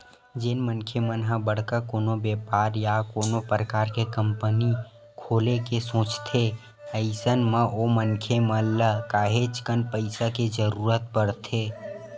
जेन मनखे मन ह बड़का कोनो बेपार या कोनो परकार के कंपनी खोले के सोचथे अइसन म ओ मनखे मन ल काहेच कन पइसा के जरुरत परथे